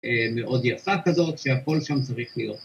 ‫מאוד יפה כזאת שהכול שם צריך להיות.